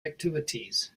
activities